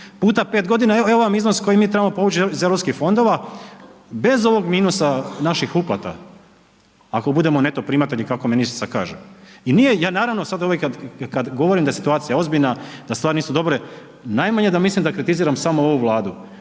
puta 5 godina evo vam iznos koji mi trebamo povući iz Europskih fondova bez ovog minusa naših uplata, ako budemo neto primatelji kako ministrica kaže. I nije, ja naravno sad uvijek kad govorim da je situacija ozbiljna da stvari nisu dobre, najmanje da mislim da kritiziram samo ovu Vladu.